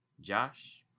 Josh